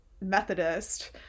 Methodist